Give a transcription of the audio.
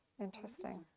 Interesting